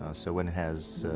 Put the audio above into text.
ah so one has,